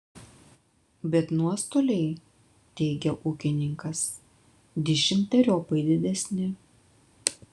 bet nuostoliai teigia ūkininkas dešimteriopai didesni